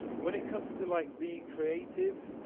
when it comes to like being creative,